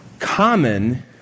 common